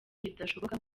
bidashoboka